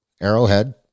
Arrowhead